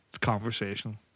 conversation